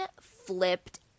flipped